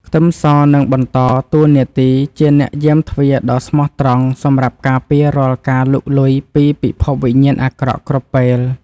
ខ្ទឹមសនឹងបន្តតួនាទីជាអ្នកយាមទ្វារដ៏ស្មោះត្រង់សម្រាប់ការពាររាល់ការលុកលុយពីពិភពវិញ្ញាណអាក្រក់គ្រប់ពេល។